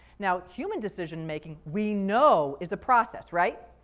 now human decision making, we know, is a process, right?